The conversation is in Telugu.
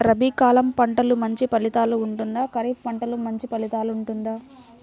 రబీ కాలం పంటలు మంచి ఫలితాలు ఉంటుందా? ఖరీఫ్ పంటలు మంచి ఫలితాలు ఉంటుందా?